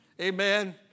Amen